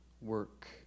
work